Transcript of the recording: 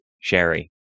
Sherry